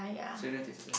so you don't have to exercise